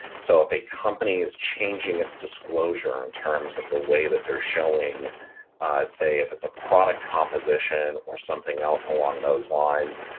so if a company is changing its disclosure in terms of the way that they're showing say if it's a product composition or something else along those lines.